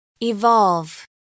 Evolve